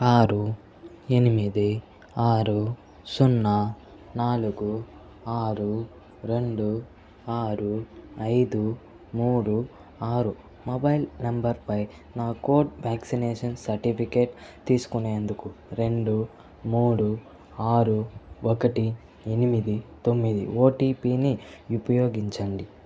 ఆరు ఎనిమిది ఆరు సున్నా నాలుగు ఆరు రెండు ఆరు ఐదు మూడు ఆరు మొబైల్ నంబర్పై నా కోడ్ వ్యాక్సినేషన్ సర్టిఫికెట్ తీసుకునేందుకు రెండు మూడు ఆరు ఒకటి ఎనిమిది తొమ్మిది ఓటీపీని ఉపయోగించండి